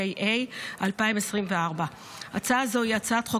התשפ"ה 2024. הצעה זו היא הצעת חוק